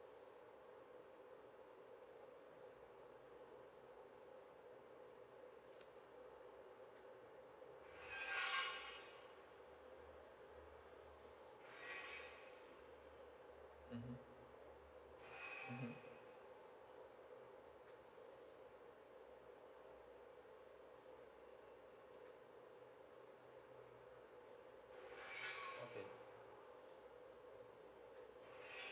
mm okay